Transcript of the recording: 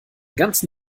ganzen